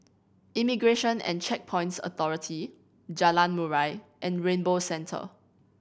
Immigration and Checkpoints Authority Jalan Murai and Rainbow Centre